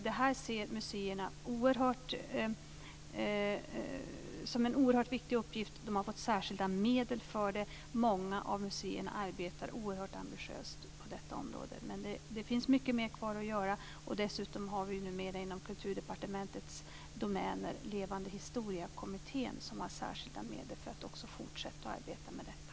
Det här ser museerna som en oerhört viktig uppgift. De har fått särskilda medel för det, och många av museerna arbetar oerhört ambitiöst på detta område. Men det finns mycket mer kvar att göra. Dessutom har vi numera inom Kulturdepartementets domäner också Levande historia-kommittén, som har särskilda medel för att fortsätta att arbeta med detta.